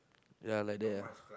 ya like that ah